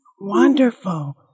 Wonderful